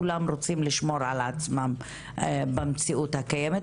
כולם רוצים לשמור על עצמם במציאות הקיימת,